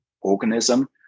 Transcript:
organism